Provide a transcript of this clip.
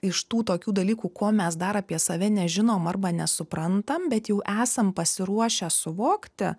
iš tų tokių dalykų ko mes dar apie save nežinom arba nesuprantam bet jau esam pasiruošę suvokti